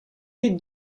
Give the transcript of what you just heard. ket